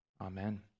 amen